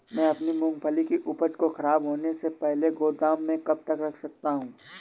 मैं अपनी मूँगफली की उपज को ख़राब होने से पहले गोदाम में कब तक रख सकता हूँ?